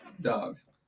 Dogs